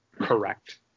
correct